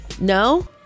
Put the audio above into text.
No